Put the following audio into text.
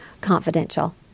confidential